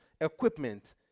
equipment